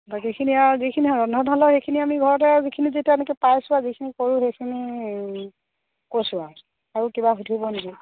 বাকীখিনি আৰু যিখিনি ৰন্ধনশালৰ সেইখিনি আমি ঘৰতে যিখিনি যেতিয়া এনেকৈ পাইছোঁ আৰু যিখিনি কৰোঁ সেইখিনি কৈছোঁ আৰু আৰু কিবা সুধিব নেকি